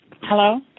Hello